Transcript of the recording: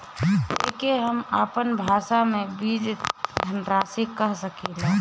एके हम आपन भाषा मे बीज धनराशि कह सकीला